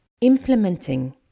Implementing